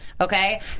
Okay